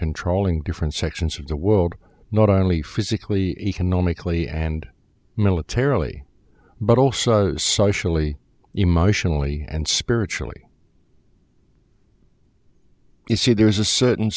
controlling different sections of the world not only physically economically and militarily but also socially emotionally and spiritually you see there is a certain